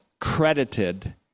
credited